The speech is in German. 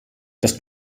das